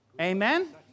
Amen